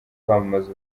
kwamamaza